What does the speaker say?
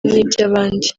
n’iby’abandi